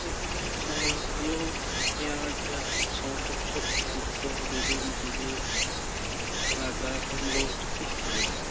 এখানে আলু পেঁয়াজ আপনি সমস্ত রকম সবজি যেমন পটল বেগুন ঝিঙে ডাঁটা কুমড়ো সবকিছুই পাওয়া যাবে